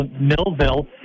millville